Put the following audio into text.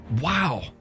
wow